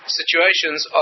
situations